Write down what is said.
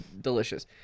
delicious